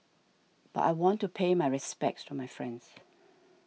but I want to pay my respects to my friends